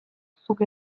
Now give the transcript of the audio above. zuk